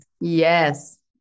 Yes